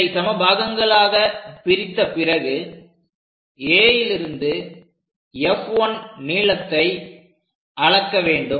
இதை சம பாகங்களாக பிரித்த பிறகுAலிருந்து F1 நீளத்தை அளக்க வேண்டும்